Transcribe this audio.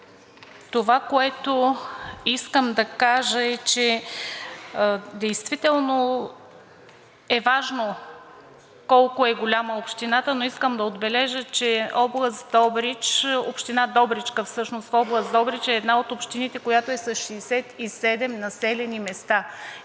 Това, което искам да кажа, е, че действително е важно колко е голяма общината, но искам да отбележа, че община Добричка в област Добрич е една от общините, която е с 67 населени места